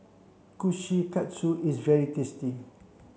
Kushikatsu is very tasty